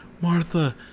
Martha